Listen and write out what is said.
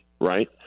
right